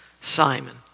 Simon